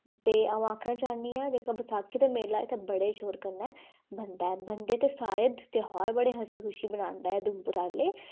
ते अं'ऊ आखना चाह्न्नी आं कि जेह्ड़ा बैसाखी दा मेला एह् बड़े शोर कन्नै बनदा बनदे ते सारे ध्यार बड़ी हसी खुशी कन्नै बनांदे उधमपुर आह्ले